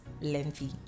lengthy